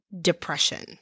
depression